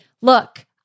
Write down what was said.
look